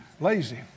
lazy